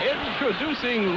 Introducing